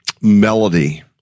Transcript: melody